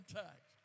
touch